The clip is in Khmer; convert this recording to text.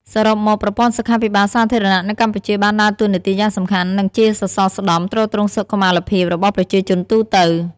សរុបមក ប្រព័ន្ធសុខាភិបាលសាធារណៈនៅកម្ពុជាបានដើរតួនាទីយ៉ាងសំខាន់ និងជាសសរស្តម្ភទ្រទ្រង់សុខុមាលភាពរបស់ប្រជាជនទូទៅ។